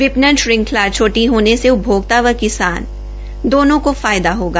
विपण्न श्रंखला छोटी होने से उपभोक्ता व किसानों दोनों का लाभ होगा